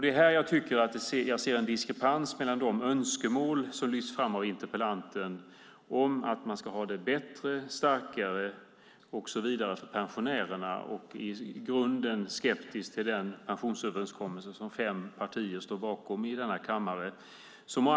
Det är här jag tycker att jag ser en diskrepans mellan de önskemål som lyfts fram av interpellanten om att man ska göra det bättre, starkare och så vidare för pensionärerna och att i grunden vara skeptisk till den pensionsöverenskommelse som fem partier i denna kammare står bakom.